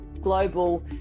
global